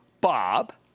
Bob